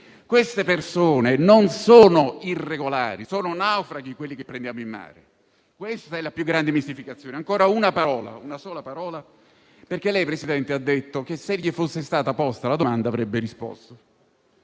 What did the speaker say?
Queste persone non sono irregolari, sono naufraghi quelli che prendiamo in mare, questa è la più grande mistificazione. Ancora una parola, una sola parola, perché lei, Presidente, ha detto che se le fosse stata posta la domanda, avrebbe risposto.